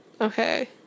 Okay